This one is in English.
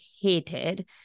hated